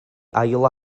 ail